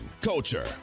culture